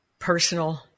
personal